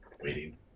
waiting